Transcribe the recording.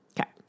Okay